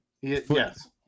Yes